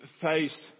faced